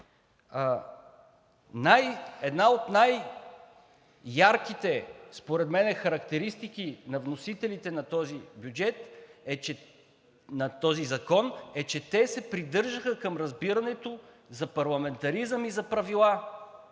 Една от най-ярките според мен характеристики на вносителите на този закон е, че те се придържаха към разбирането за парламентаризъм и за правила.